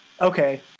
Okay